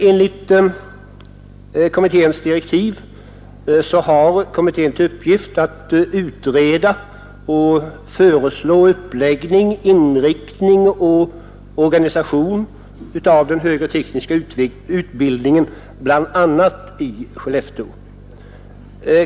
Enligt sina direktiv skall organisationskommittén utreda och föreslå uppläggning, inriktning och organisation av den högre tekniska utbildningen bl.a. i Skellefteå.